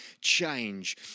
change